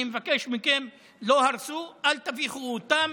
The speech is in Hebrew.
אני מבקש מכם: לא הרסו, אל תביכו אותם.